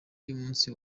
y’umunsi